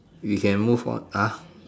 we can move on ah